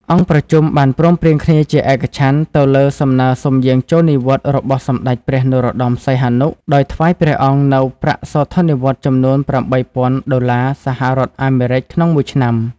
អង្គប្រជុំបានព្រមព្រៀងគ្នាជាឯកច្ឆន្ទទៅលើសំណើសុំយាងចូលនិវត្តន៍របស់ សម្តេចព្រះ នរោត្តម សីហនុ ដោយថ្វាយព្រះអង្គនូវប្រាក់សោធននិវត្តន៍ចំនួន៨ពាន់ដុល្លារសហរដ្ឋអាមេរិកក្នុងមួយឆ្នាំ។